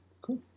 cool